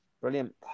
Brilliant